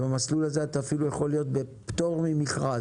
ובמסלול הזה אתה אפילו יכול להיות בפטור ממכרז,